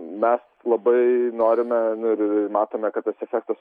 mes labai norime ir matome kad tas efektas